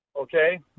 okay